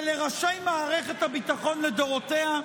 ולראשי מערכת הביטחון לדורותיה?